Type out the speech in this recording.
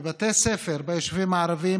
בבתי הספר ביישובים הערביים,